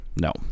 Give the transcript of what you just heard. no